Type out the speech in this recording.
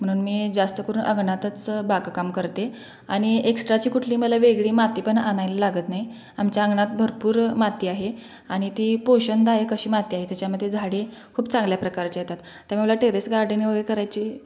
म्हणून मी जास्त करून अंगणातच बागकाम करते आणि एक्स्ट्राची कुठली मला वेगळी माती पण आणायला लागत नाही आमच्या अंगणात भरपूर माती आहे आणि ती पोषणदायक अशी माती आहे त्याच्यामध्ये झाडे खूप चांगल्या प्रकारचे येतात त्यामुळे मला टेरेस गार्डन वगैरे करायची